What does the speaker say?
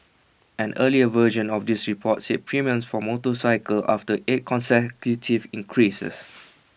an earlier version of this report said premiums for motorcycles after eight consecutive increases